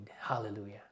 Hallelujah